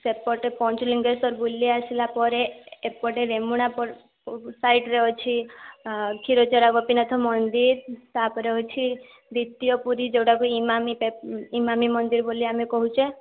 ସେପଟେ ପଞ୍ଚଲିଙ୍ଗେଶ୍ଵର ବୁଲି ଆସିଲା ପରେ ଏପଟେ ରେମୁଣା ସାଇଡ଼ରେ ଅଛି କ୍ଷୀରଚୋରା ଗୋପୀନାଥ ମନ୍ଦିର ତା'ପରେ ହେଉଛି ଦ୍ୱିତୀୟ ପୁରୀ ଜଗନ୍ନାଥ ମନ୍ଦିର ତାକୁ ଇମାମି ଇମାମି ମନ୍ଦିର ବୋଲି ଆମେ କହୁଛେ